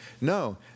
no